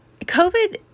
COVID